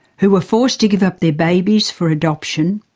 who were forced to give up their babies for adoption,